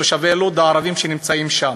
תושבי לוד הערבים שנמצאים שם.